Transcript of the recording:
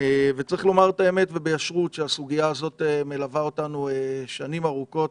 צריך לומר באמת וביושר שהסוגיה הזאת מלווה אותנו שנים רבות,